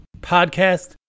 podcast